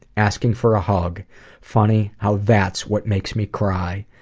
asking for a hug funny how that's what makes me cry.